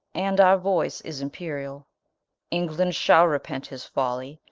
and our voyce is imperiall england shall repent his folly,